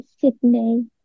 sydney